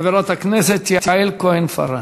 חברת הכנסת יעל כהן-פארן.